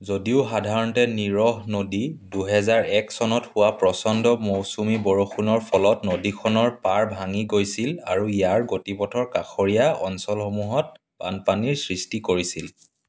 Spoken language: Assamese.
যদিও সাধাৰণতে নিৰহ নদী দুহেজাৰ এক চনত হোৱা প্ৰচণ্ড মৌচুমী বৰষুণৰ ফলত নদীখনৰ পাৰ ভাঙি গৈছিল আৰু ইয়াৰ গতিপথৰ কাষৰীয়া অঞ্চলসমূহত বানপানীৰ সৃষ্টি কৰিছিল